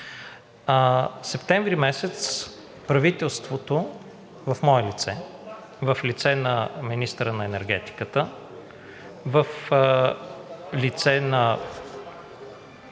септември правителството в мое лице, в лицето на министъра на енергетиката, в лицето на